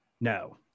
No